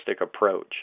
approach